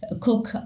cook